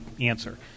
answer